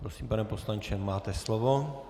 Prosím, pane poslanče, máte slovo.